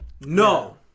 No